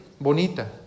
bonita